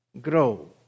grow